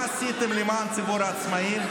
מה עשיתם למען ציבור העצמאים?